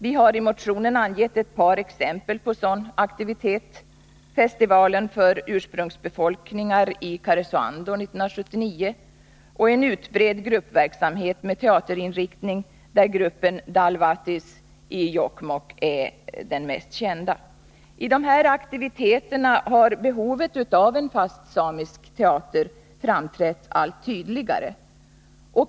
Vi har i motionen angett ett par exempel på sådan aktivitet: festivalen för ursprungsbefolkningar i Karesuando 1979 och en utbredd gruppverksamhet med teaterinriktning, där gruppen Dal'vadis i Jokkmokk är den mest kända. I dessa aktiviteter har behovet av en fast samisk teater framträtt allt tydligare.